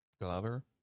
Glover